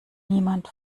niemand